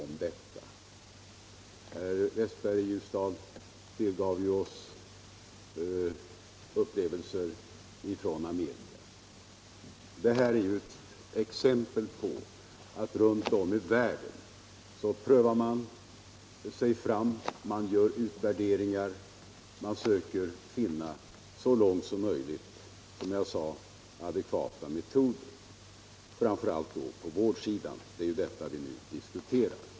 Herr Westberg i Ljusdal delgav oss upplevelser från Amerika. Det är ett exempel på att man runt om i världen prövar sig fram. Man gör utvärderingar, man söker så långt möjligt finna, som jag sade, adekvata metoder, framför allt på vårdsidan - det är ju vad vi nu diskuterar.